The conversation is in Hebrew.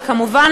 וכמובן,